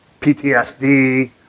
PTSD